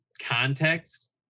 context